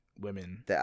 women